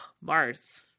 Mars